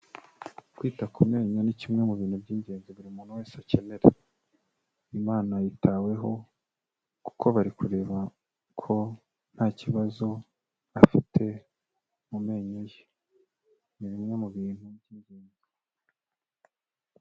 Kwita ku menyo ni kimwe mu bintu by'ingenzi buri muntu wese akenera. Uyu mwana yitaweho kuko bari kureba ko nta kibazo afite mu menyo ye, ni bimwe mu bintu by'ingenzi.